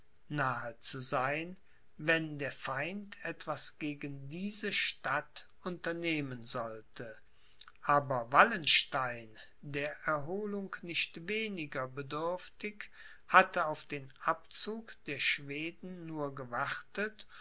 nahe zu sein wenn der feind etwas gegen diese stadt unternehmen sollte aber wallenstein der erholung nicht weniger bedürftig hatte auf den abzug der schweden nur gewartet